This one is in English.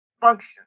function